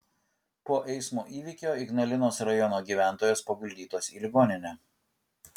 po eismo įvykio ignalinos rajono gyventojos paguldytos į ligoninę